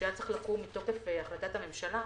שהיה צריך לקום מתוקף החלטת הממשלה,